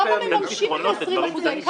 כמה מממשים את ה-20 אחוזים?